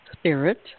Spirit